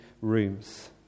rooms